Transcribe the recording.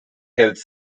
health